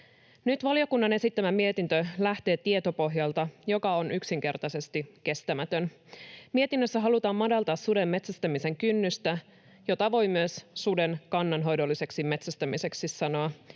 Nyt valiokunnan esittämä mietintö lähtee tietopohjalta, joka on yksinkertaisesti kestämätön. Mietinnössä halutaan madaltaa suden metsästämisen kynnystä, jota voi myös suden kannanhoidolliseksi metsästämiseksi sanoa,